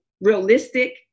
realistic